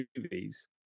movies